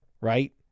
right